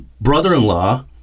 brother-in-law